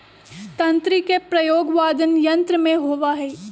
तंत्री के प्रयोग वादन यंत्र में होबा हई